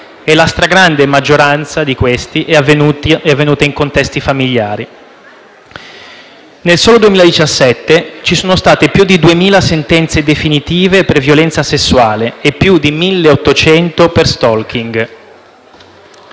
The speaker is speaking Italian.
e la stragrande maggioranza di questi è avvenuta in contesti familiari. Nel solo 2017 ci sono state più di 2.000 sentenze definitive per violenza sessuale e più di 1.800 per *stalking*.